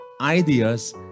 ideas